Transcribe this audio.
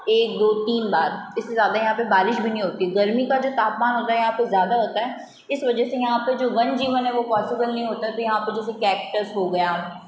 एक दो तीन बार इससे ज़्यादा यहाँ पे बारिश भी नहीं होती गर्मी का जो तापमान होता है यहाँ पे ज़्यादा होता है इस वजह से जो यहाँ पे जो वन्य जीवन वो पॉसिबल नहीं होता है तो यहाँ पे जैसे कैक्टस हो गया